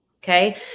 Okay